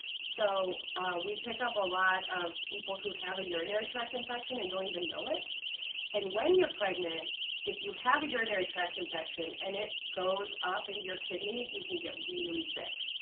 so we pick up a lot of people who have a urinary tract infection and don't even know it and when you're pregnant if you have a urinary tract infection and it goes up into your kidneys you can get really sick,